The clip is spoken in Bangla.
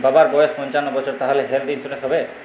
বাবার বয়স পঞ্চান্ন বছর তাহলে হেল্থ ইন্সুরেন্স হবে?